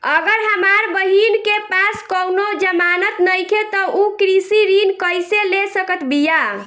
अगर हमार बहिन के पास कउनों जमानत नइखें त उ कृषि ऋण कइसे ले सकत बिया?